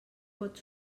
pot